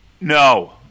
No